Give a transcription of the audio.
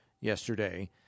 yesterday